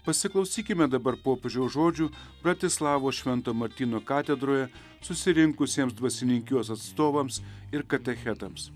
pasiklausykime dabar popiežiaus žodžių bratislavos šventojo martyno katedroje susirinkusiems dvasininkijos atstovams ir katechetams